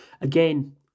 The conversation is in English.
again